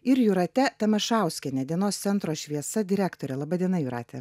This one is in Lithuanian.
ir jūrate tamašauskiene dienos centro šviesa direktorė laba diena jūrate